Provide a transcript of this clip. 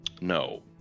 No